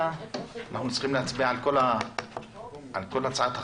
אנחנו צריכים להצביע על כל הצעת החוק.